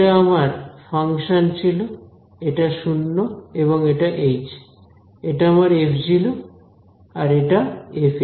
এটা আমার ফাংশন ছিল এটা 0 এবং এটা এইচ এটা আমার f আর এটা f